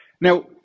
Now